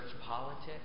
politics